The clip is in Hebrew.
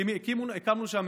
הקמנו שם,